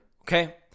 okay